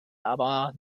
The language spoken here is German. aber